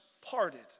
parted